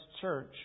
church